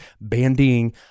bandying